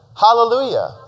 Hallelujah